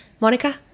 Monica